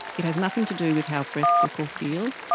it has nothing to do with how breasts look or feel,